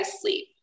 sleep